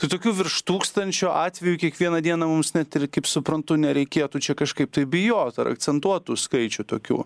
tai tokių virš tūkstančio atvejų kiekvieną dieną mums net ir kaip suprantu nereikėtų čia kažkaip tai bijot ir akcentuot tų skaičių tokių